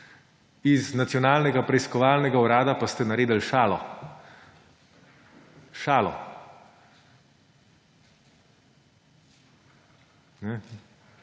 Iz Nacionalnega preiskovalnega urada pa ste naredili šalo. Šalo.